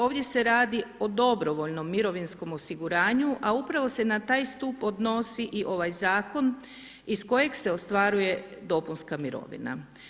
Ovdje se radi o dobrovoljnom mirovinskom osiguranu, a upravo se na taj stup odnosi i ovaj Zakon iz kojeg se ostvaruje dopunska mirovina.